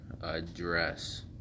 address